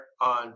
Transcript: on